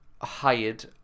hired